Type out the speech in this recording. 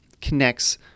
connects